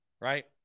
Right